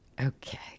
Okay